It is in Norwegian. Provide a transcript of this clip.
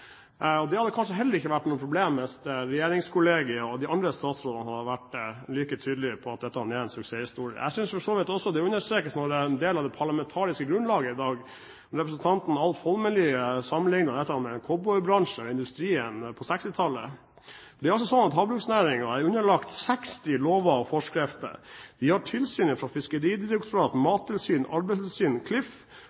og det hadde kanskje heller ikke vært noe problem hvis regjeringskollegiet og de andre statsrådene hadde vært like tydelige på at dette er en suksesshistorie. Jeg synes for så vidt også at det understrekes når en del av det parlamentariske grunnlaget i dag, representanten Alf Egil Holmelid, sammenlikner dette med en cowboybransje og industrien på 1960-tallet. Det er altså sånn at havbruksnæringen er underlagt 60 lover og forskrifter. Vi har tilsyn fra